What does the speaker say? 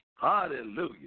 Hallelujah